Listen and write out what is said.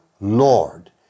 Lord